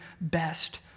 best